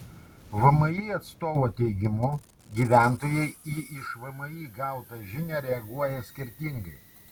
vmi atstovo teigimu gyventojai į iš vmi gautą žinią reaguoja skirtingai